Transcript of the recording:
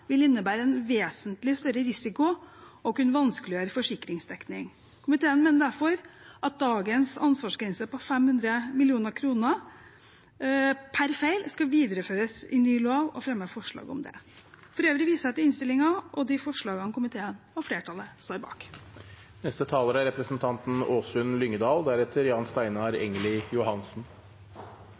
vil innebære en vesentlig større risiko og kan vanskeliggjøre forsikringsdekning. Komiteen mener derfor at dagens ansvarsgrense på 500 mill. kr per feil skal videreføres i ny lov, og fremmer forslag om det. For øvrig viser jeg til innstillingen og de forslagene komiteen og flertallet står bak.